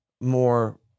more